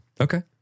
okay